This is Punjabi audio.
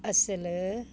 ਅਸਲ